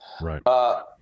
Right